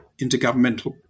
intergovernmental